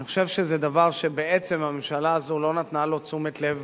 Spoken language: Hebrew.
אני חושב שזה דבר שהממשלה הזאת לא נתנה לו תשומת לב